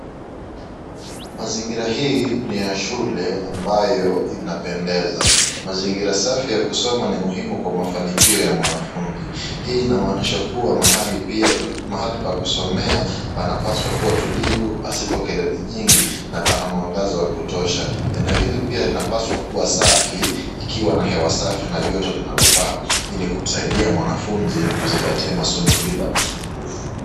Mazingira hii ni ya shule ambayo inapendeza .Mazingira safi ya kusoma ni muhimu kwa mafanikio ya mwanafunzi .Hii inamaanisha mahali pa kusomea panapaswa kuwa tulivu, pasipo na kelele mingi na pana mwangaza wa kutosha na hili pia linapaswa kuwa safi ikiwa joto safi linalofaa hili kumsaidia mwanafunzi pia kuzingatia masomo bila usumbufu.